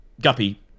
Guppy